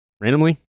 randomly